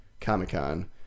comic-con